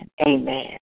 Amen